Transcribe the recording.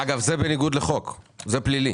אגב, זה בניגוד לחוק, זה פלילי.